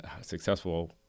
successful